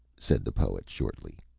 said the poet, shortly.